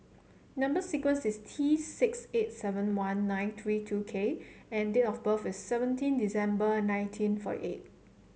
number sequence is T six eight seven one nine three two K and date of birth is seventeen December nineteen forty eight